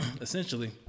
essentially